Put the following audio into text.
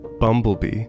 Bumblebee